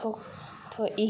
ꯊꯣꯛ ꯊꯣꯛꯏ